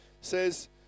says